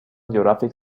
geographic